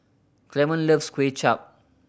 Clemon loves Kuay Chap